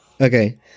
Okay